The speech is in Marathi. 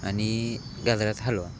आणि गाजऱ्यात हलवा